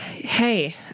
Hey